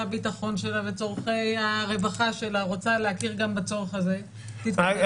הביטחון שלה וצרכי הרווחה שלה רוצה להכיר גם בצורך הזה --- לא,